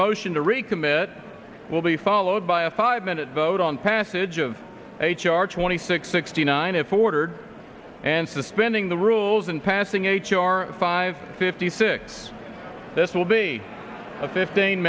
motion to recommit will be followed by a five minute vote on passage of h r twenty six sixty nine afford and suspending the rules in passing h r five fifty six this will be a fifteen